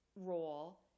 role